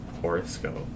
horoscope